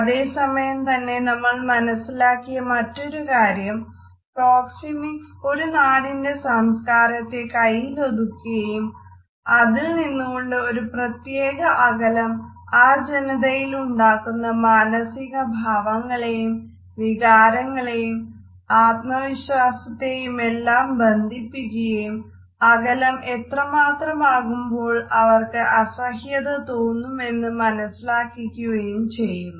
അതേസമയം തന്നെ നമ്മൾ മനസ്സിലാക്കിയ മറ്റൊരു കാര്യം പ്രോക്സെമിക്സ് ഒരു നാടിന്റെ സംസ്കാരത്തെ കയ്യിലൊതുക്കുകയും അതിൽ നിന്നുകൊണ്ട് ഒരു പ്രത്യേക അകലം ആ ജനതയിലുണ്ടാക്കുന്ന മാനസിക ഭാവങ്ങളെയും വികാരങ്ങളെയും ആത്മവിശ്വാസത്തെയുമെല്ലാം ബന്ധിപ്പിക്കുകയും അകലം എത്രമാത്രമാകുമ്പോൾ അവർക്ക് അസഹ്യത തോന്നുമെന്ന് മനനസ്സിലാക്കുകയും ചെയ്യുന്നു